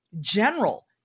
general